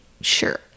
sure